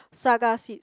Saga seeds